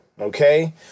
Okay